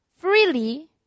freely